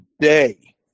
Today